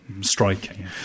striking